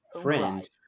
friend